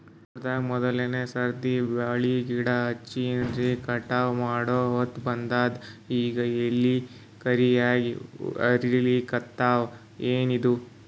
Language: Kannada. ತೋಟದಾಗ ಮೋದಲನೆ ಸರ್ತಿ ಬಾಳಿ ಗಿಡ ಹಚ್ಚಿನ್ರಿ, ಕಟಾವ ಮಾಡಹೊತ್ತ ಬಂದದ ಈಗ ಎಲಿ ಕರಿಯಾಗಿ ಹರಿಲಿಕತ್ತಾವ, ಏನಿದು?